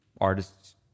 artists